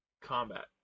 combat